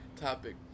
topic